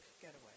getaway